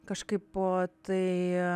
kažkaipo tai